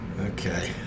Okay